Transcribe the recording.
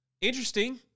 Interesting